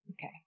Okay